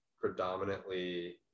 predominantly